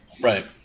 Right